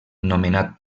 nomenat